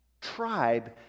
tribe